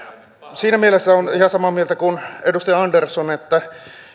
siinä mielessä olen ihan samaa mieltä kuin edustaja andersson että ei tämä